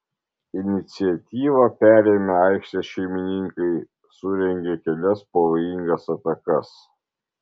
iniciatyvą perėmę aikštės šeimininkai surengė kelias pavojingas atakas